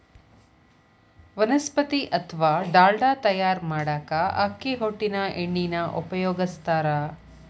ವನಸ್ಪತಿ ಅತ್ವಾ ಡಾಲ್ಡಾ ತಯಾರ್ ಮಾಡಾಕ ಅಕ್ಕಿ ಹೊಟ್ಟಿನ ಎಣ್ಣಿನ ಉಪಯೋಗಸ್ತಾರ